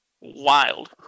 Wild